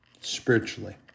Spiritually